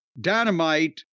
Dynamite